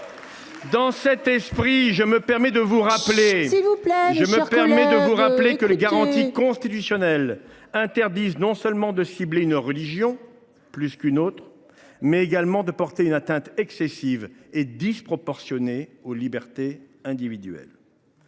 Dans cet esprit, je me permets de vous rappeler que les garanties constitutionnelles interdisent non seulement de cibler une religion plus qu’une autre, mais aussi de porter une atteinte excessive et disproportionnée aux libertés individuelles.